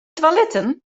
toiletten